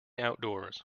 outdoors